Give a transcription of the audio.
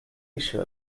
issue